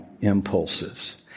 impulses